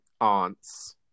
aunts